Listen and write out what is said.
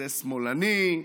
זה שמאלני,